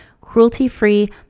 cruelty-free